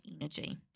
energy